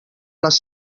les